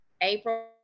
April